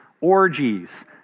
orgies